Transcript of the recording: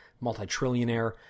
multi-trillionaire